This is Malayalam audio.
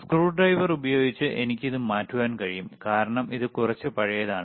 സ്ക്രൂഡ്രൈവർ ഉപയോഗിച്ച് എനിക്ക് ഇത് മാറ്റാൻ കഴിയും കാരണം ഇത് കുറച്ച് പഴയതാണ്